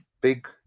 big